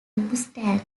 mustang